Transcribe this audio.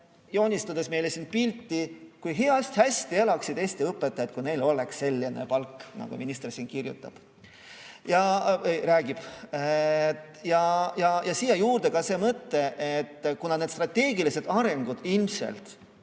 joonistada meile siin pilti, kui hästi elaksid Eesti õpetajaid, kui neil oleks selline palk, nagu minister siin räägib. Siia juurde ka see mõte, et kuna need strateegilised arengud ilmselt